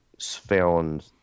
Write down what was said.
found